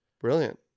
Brilliant